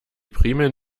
primeln